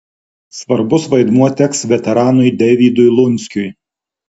svarbus vaidmuo teks veteranui deivydui lunskiui